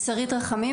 שרית רחמים,